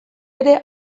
ere